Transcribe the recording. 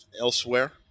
elsewhere